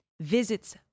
visits